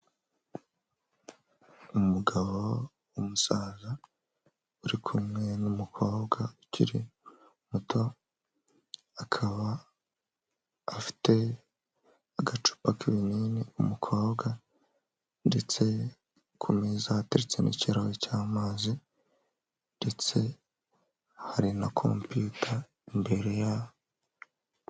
Umugabo w'umusaza uri kumwe n'umukobwa ukiri muto, akaba afite agacupa k'ibinini umukobwa ndetse ku meza hatetse n'ikirahure cy'amazi ndetse hari na kompiyuta imbere yabo.